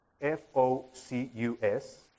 F-O-C-U-S